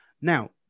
Now